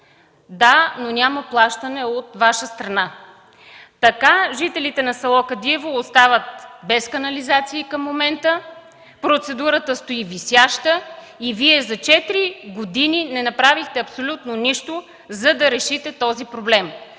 да, но няма плащане от Ваша страна. Така жителите на село Кадиево остават без канализация към момента, процедурата стои висяща и за четири години Вие не направихте абсолютно нищо, за да решите този проблем.